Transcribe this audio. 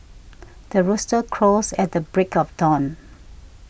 the rooster crows at the break of dawn